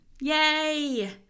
Yay